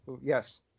Yes